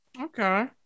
Okay